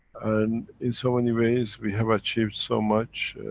and, in so many ways, we have achieved so much.